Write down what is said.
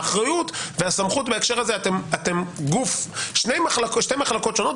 האחריות והסמכות בהקשר זה אתם שתי מחלקות שונות.